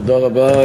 תודה רבה.